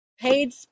Paid